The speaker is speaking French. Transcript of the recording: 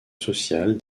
sociale